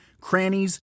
crannies